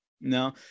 No